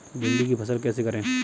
भिंडी की फसल कैसे करें?